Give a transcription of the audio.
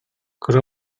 кыра